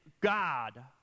God